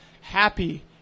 happy